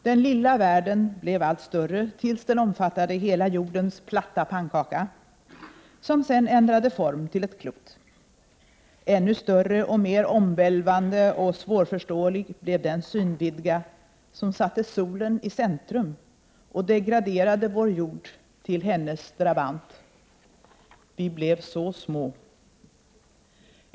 Den lilla världen blev allt större tills den omfattade hela jordens platta pannkaka, som sedan ändrade form till ett klot. Ännu större och mer omvälvande och svårförståelig blev den synvidga, som satte solen i centrum och degraderade vår jord till hennes drabant. Vi blev så små.